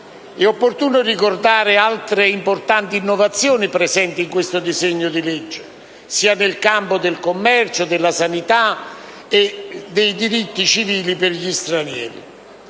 è opportuno ricordare altre importanti innovazioni presenti in questo disegno di legge, nel campo del commercio, della sanità, dei diritti civili per gli stranieri.